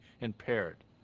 impaired